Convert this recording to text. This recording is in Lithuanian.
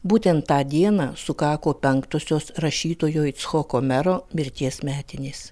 būtent tą dieną sukako penktosios rašytojo icchoko mero mirties metinės